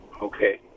Okay